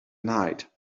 night